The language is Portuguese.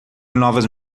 novas